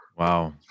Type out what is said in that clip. Wow